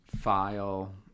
file